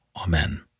Amen